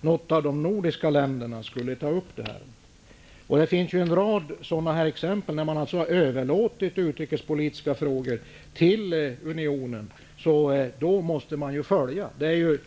något annat av de nordiska länderna skulle ta upp det. Det finns en rad exempel på att man, när man har överlåtit utrikespolitiska frågor till unionen, måste följa unionen.